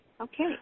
Okay